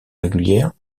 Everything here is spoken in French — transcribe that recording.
régulière